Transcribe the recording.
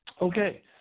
Okay